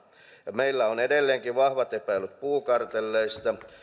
meillä on edelleenkin vahvat epäilyt puukartelleista